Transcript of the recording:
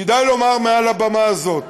כדאי לומר מעל הבמה הזאת